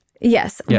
Yes